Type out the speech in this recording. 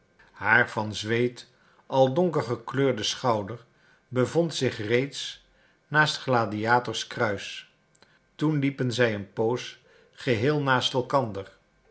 haar van zweet al donker gekleurde schouder bevond zich reeds naast gladiators kruis toen liepen zij een poos geheel naast elkander